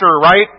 right